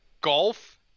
Golf